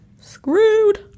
screwed